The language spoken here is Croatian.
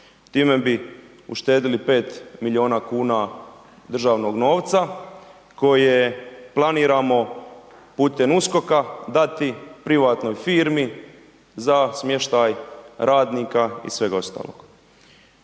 time bi uštedili 5 milijuna kuna državnog novca koje planiramo putem USKOK-a dati privatnoj firmi za smještaj radnika i sveg ostalog.